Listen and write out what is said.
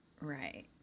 Right